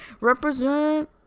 Represent